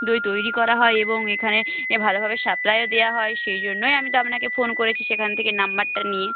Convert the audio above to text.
দই তৈরি করা হয় এবং এখানে এ ভালোভাবে সাপ্লাইও দেওয়া হয় সেই জন্যই আমি তো আপনাকে ফোন করেছি সেখান থেকে নাম্বারটা নিয়ে